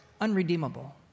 unredeemable